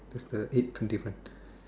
the the eighth different